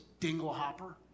dinglehopper